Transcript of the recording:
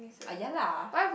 ah ya lah